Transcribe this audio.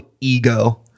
ego